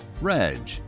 Reg